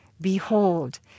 Behold